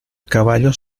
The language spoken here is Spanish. caballos